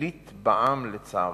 שלילית בעם, לצערנו,